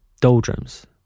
doldrums